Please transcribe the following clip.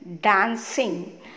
Dancing